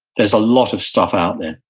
there's a lot of stuff out there.